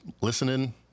listening